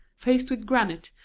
faced with granite,